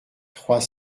trois